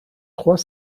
trois